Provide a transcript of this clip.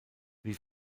wie